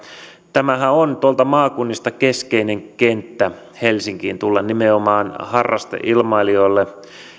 tämähän on tuolta maakunnista keskeinen kenttä helsinkiin tulla nimenomaan harrasteilmailijoille